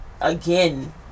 again